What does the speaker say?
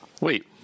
Wait